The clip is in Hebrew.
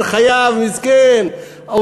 וההוא שמרוויח 4,500 שקל,